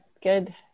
good